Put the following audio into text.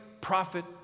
prophet